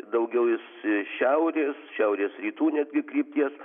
daugiau jis šiaurės šiaurės rytų netgi krypties